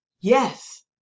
Yes